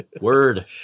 Word